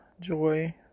joy